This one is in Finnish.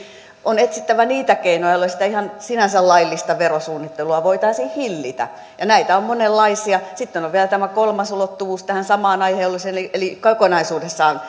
on etsittävä niitä keinoja joilla sitä sinänsä ihan laillista verosuunnittelua voitaisiin hillitä ja näitä on monenlaisia sitten on on vielä kolmas ulottuvuus tähän samaan aihealueeseen eli eli kokonaisuudessaan